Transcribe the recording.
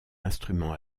instrument